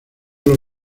los